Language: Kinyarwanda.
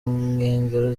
nkengero